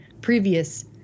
previous